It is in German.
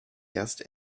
erst